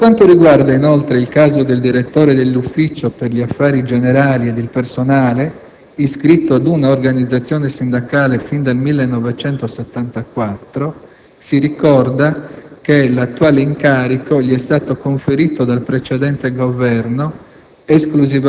Per quanto riguarda, inoltre, il caso del direttore dell'Ufficio per gli affari generali ed il personale, iscritto ad una organizzazione sindacale fin dal 1974, si ricorda che l'attuale incarico gli è stato conferito dal precedente Governo